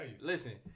listen